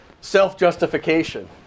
Self-justification